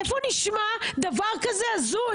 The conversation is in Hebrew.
איפה נשמע דבר הזוי כזה?